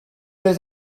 oedd